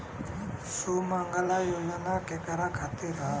सुमँगला योजना केकरा खातिर ह?